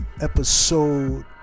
episode